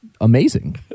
amazing